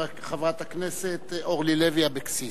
חברת הכנסת אורלי לוי אבקסיס.